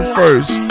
first